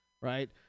right